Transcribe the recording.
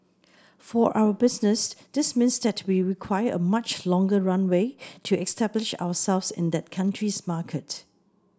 for our business this means that we require a much longer runway to establish ourselves in that country's market